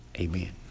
amen